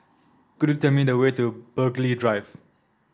could you tell me the way to Burghley Drive